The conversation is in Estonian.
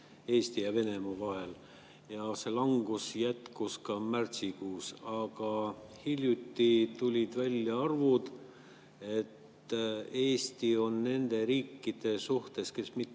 Eesti ja Venemaa vahel. See langus jätkus ka märtsikuus. Aga hiljuti tulid välja arvud, et Eesti on nende riikide seas, kes mitte